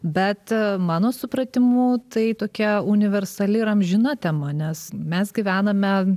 bet mano supratimu tai tokia universali ir amžina tema nes mes gyvename